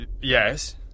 yes